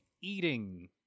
eating